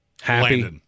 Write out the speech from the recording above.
Happy